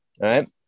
right